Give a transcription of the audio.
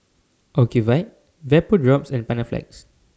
Ocuvite Vapodrops and Panaflex